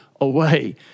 away